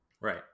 right